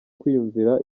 kwiyumvira